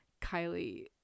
kylie